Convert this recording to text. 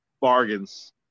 bargains